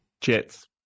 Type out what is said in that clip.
Jets